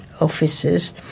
officers